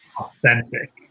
authentic